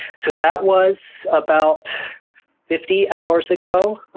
so that was about fifty hours ago, and